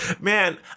Man